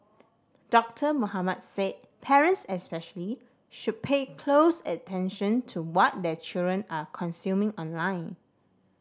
Doctor Mohamed said parents especially should pay close attention to what their children are consuming online